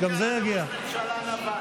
תרגיע, תרגיע.